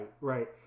right